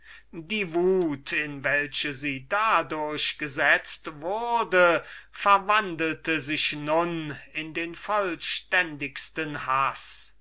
die wut in welche sie dadurch gesetzt wurde verwandelte sich nach und nach in den vollständigsten haß